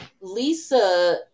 Lisa